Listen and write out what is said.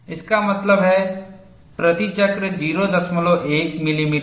इसका मतलब है प्रति चक्र 01 मिलीमीटर